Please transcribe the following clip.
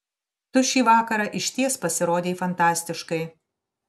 tu šį vakarą išties pasirodei fantastiškai